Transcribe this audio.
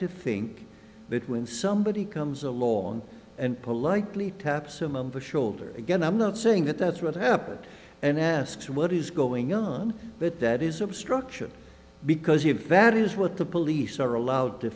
to think that when somebody comes along and politely taps a member shoulder again i'm not saying that that's what happened and asks what is going on but that is obstruction because if that is what the police are allowed to